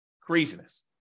Craziness